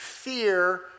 Fear